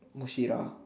Mushira